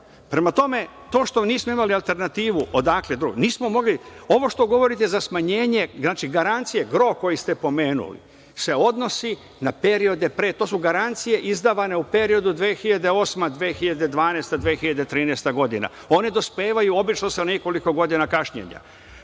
bitno. Prema tome, to što nismo imali alternativu, odakle, nismo mogli, ovo što govorite za smanjenje znači garancije, gro koji ste pomenuli se odnosi na periode pre, to su garancije izdavane u periodu od 2008, 2012, 2013. godina, one dospevaju obično sa nekoliko godina kašnjenja.